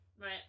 Right